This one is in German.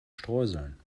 streuseln